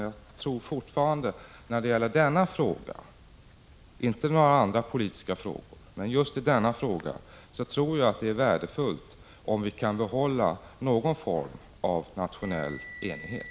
Jag tror fortfarande när det gäller just denna fråga — inte några andra politiska frågor — att det är värdefullt, om vi kan behålla någon form av nationell enighet.